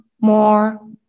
more